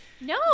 No